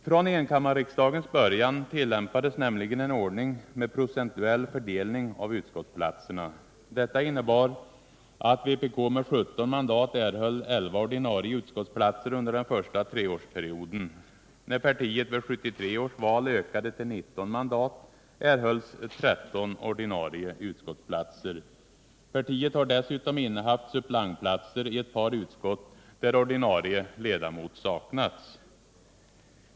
Från enkammarriksdagens början tillämpades nämligen en ordning med procentuell fördelning av utskottsplatserna. Detta innebar att vpk med 17 mandat erhöll 11 ordinarie utskottsplatser under den första treårsperioden. När partiet vid 1973 års val ökade till 19 mandat erhölls 13 ordinarie utskottsplatser. Partiet har dessutom innehaft suppleantplatser i ett par utskott där ordinarie ledamot saknats.